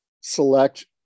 select